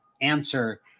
answer